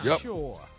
sure